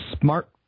smart